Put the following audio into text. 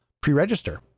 pre-register